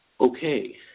Okay